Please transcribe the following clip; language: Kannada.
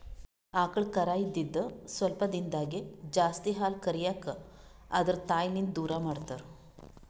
ಆಕಳ್ ಕರಾ ಇದ್ದಿದ್ ಸ್ವಲ್ಪ್ ದಿಂದಾಗೇ ಜಾಸ್ತಿ ಹಾಲ್ ಕರ್ಯಕ್ ಆದ್ರ ತಾಯಿಲಿಂತ್ ದೂರ್ ಮಾಡ್ತಾರ್